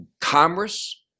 commerce